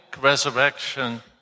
resurrection